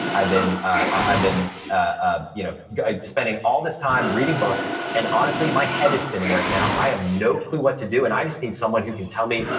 i've been i've been ah you know spending all this time reading books and honestly, my head is spinning right now. i have no clue what to do. and i just need someone who can tell me,